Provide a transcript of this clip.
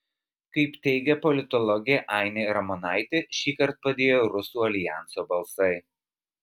kaip teigia politologė ainė ramonaitė šįkart padėjo rusų aljanso balsai